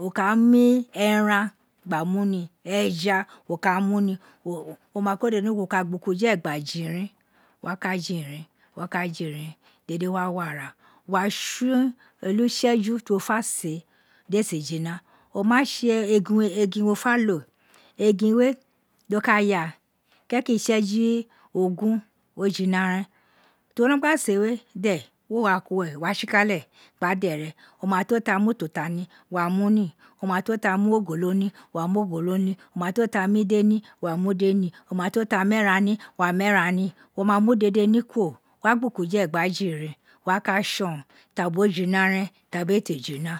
wò ká á mu ẹran gba mu ni, ẹja wo ka mu ni wọ ma ko dede ni, wo ka gba ujẹẹ gna jighim wo wa ka jivhim wo wa ka jihgim dede wa wọ ara, wo wa tsọn ulu tsẹ gin wo ga lo, egin we do ka ya, kẹkẹ utsẹji ogin o jima ren, ti wo nọgba see we dẹ wa kuri uwẹrẹ wo wa tsikalẹ gna dẹrẹ o. a to ta mu ututa ni wó wá mu ni o ma to ta mu ogolo ni wo wa mu ogolo ni, wo wa mu ogolo ni, o ma to ta mu ide ni wó wá mu ide ni, o ma to ta meran ni wa mẹran ni wo ma mu dede ni kuro wa hna ujẹrẹ gna jighirin, wó wá ka tson ta bi o jina rẹn ta bi éé te jina